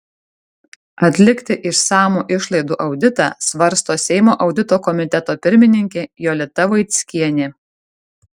atlikti išsamų išlaidų auditą svarsto seimo audito komiteto pirmininkė jolita vaickienė